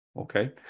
Okay